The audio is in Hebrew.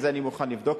אני מוכן לבדוק.